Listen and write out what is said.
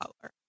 color